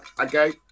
Okay